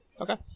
okay